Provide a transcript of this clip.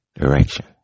direction